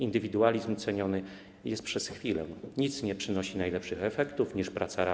Indywidualizm ceniony jest przez chwilę, nic nie przynosi najlepszych efektów niż praca razem.